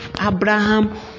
Abraham